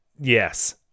yes